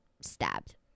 stabbed